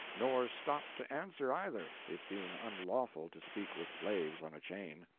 nor stopped to answer, either, it being unlawful to speak with slaves on a chain.